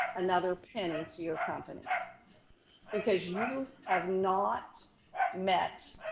another penny to your company because you have not met